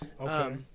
Okay